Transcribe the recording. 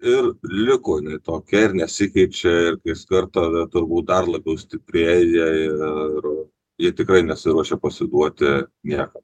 ir liko jinai tokia ir nesikeičia ir kais kartą yra turbūt dar labiau stiprėja ir jie tikrai nesiruošia pasiduoti niekam